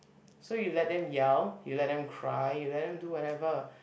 so you let them yell you let them cry you let them do whatever